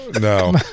No